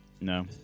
no